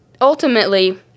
ultimately